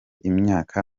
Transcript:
imyaka